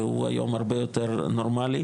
שהוא היום הרבה יותר נורמלי,